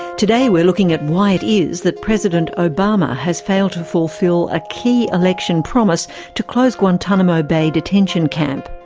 today we're looking at why it is that president obama has failed to fulfil a key election promise to close guantanamo bay detention camp.